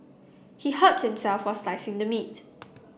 he hurt himself while slicing the meat